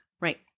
Right